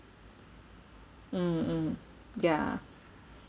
mm mm ya